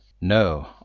no